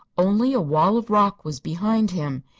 only a wall of rock was behind him,